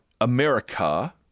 America